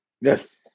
Yes